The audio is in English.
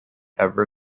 ever